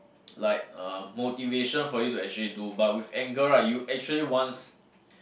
like um motivation for you to actually do but with anger right you actually wants